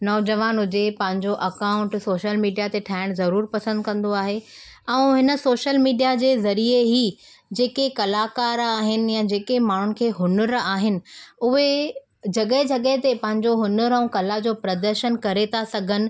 नौजवानु हुजे पंहिंजो account social media ते ठाहिणु ज़रूर पसंदि कंदो आहे ऐं हिन सोशल मीडिया जे ज़रिए ई जेके कलाकारु आहिनि जेके माण्हुनि खे हुनर आहिनि उहे जॻह जॻह ते पंहिंजो हुनर ऐं कला जो प्रदर्शनु करे था सघनि